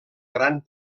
gran